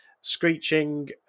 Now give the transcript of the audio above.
screeching